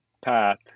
path